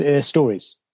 stories